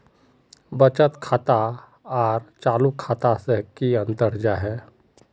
बचत खाता आर चालू खाता से की अंतर जाहा?